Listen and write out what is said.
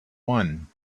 one